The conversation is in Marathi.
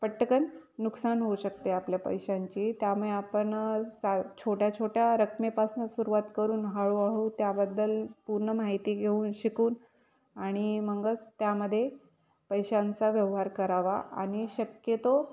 पटकन नुकसान होऊ शकते आपल्या पैशांची त्यामुळे आपण सा छोट्या छोट्या रकमेपासून सुरुवात करून हळूहळू त्याबद्दल पूर्ण माहिती घेऊन शिकून आणि मगच त्यामध्ये पैशांचा व्यवहार करावा आणि शक्यतो